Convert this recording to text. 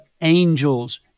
angels